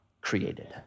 created